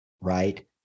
right